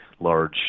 large